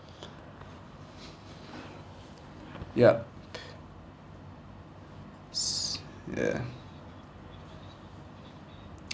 yup s~ ya